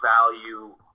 value